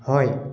হয়